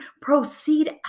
proceed